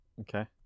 Okay